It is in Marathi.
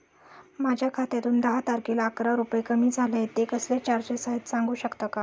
माझ्या खात्यातून दहा तारखेला अकरा रुपये कमी झाले आहेत ते कसले चार्जेस आहेत सांगू शकता का?